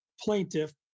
plaintiff